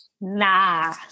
Nah